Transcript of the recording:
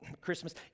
Christmas